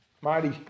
mighty